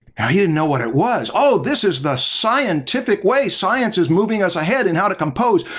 he didn't know what it was. oh, this is the scientific way science is moving us ahead and how to compose,